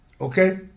Okay